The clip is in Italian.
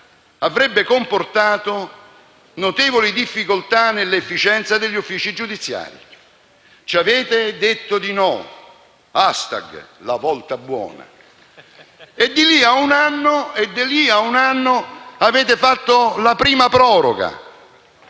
avrebbe comportato notevoli difficoltà nell'efficienza dei uffici giudiziari. Ci avete detto di no: *hashtag «*lavoltabuona». Di lì a un anno avete fatto la prima proroga,